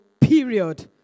period